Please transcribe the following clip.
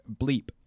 bleep